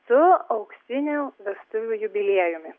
su auksinių vestuvių jubiliejumi